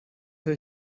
höre